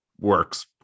works